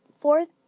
fourth